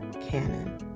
Canon